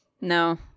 No